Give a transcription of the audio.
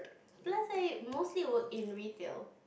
plus I mostly work in retail